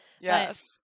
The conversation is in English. yes